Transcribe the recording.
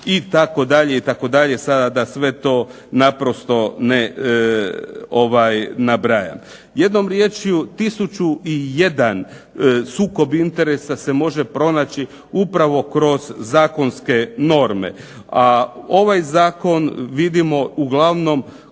itd., itd., sada da sve to naprosto ne nabrajam. Jednom riječju 1001 sukob interesa se može pronaći upravo kroz zakonske norme. A ovaj zakon vidimo uglavnom